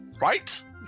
Right